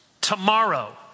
tomorrow